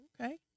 Okay